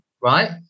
right